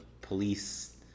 police